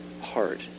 heart